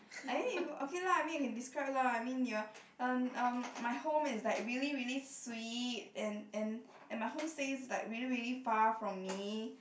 I think okay lah I mean I can describe lah I mean ya um um my home is like really really sweet and and my home stays like really really far from me